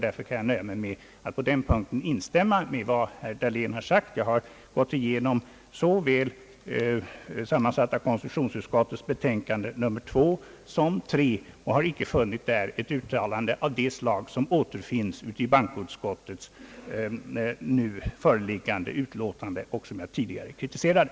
Därför kan jag nöja mig med att på denna punkt instämma med vad herr Dahlén sagt. Jag har gått igenom sammansatta konstitutionsoch bankoutskottets utlåtanden nr 2 och 3 och har inte där funnit ett uttalande av det slag som återfinns i bankoutskottets nu föreliggande utlåtande och som jag tidigare kritiserade.